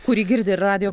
kurį girdi radijo